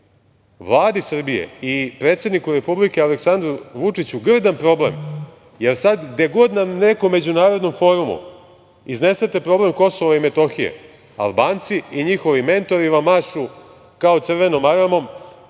Vladi Srbije i predsedniku Republike Aleksandru Vučiću, grdan problem, jer sada gde god na nekom međunarodnom forumu iznesete problem Kosova i Metohije, Albanci i njihovi mentori vam mašu, kao crvenom maramom,